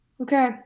Okay